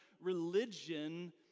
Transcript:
religion